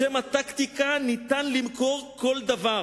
בשם הטקטיקה ניתן למכור כל דבר.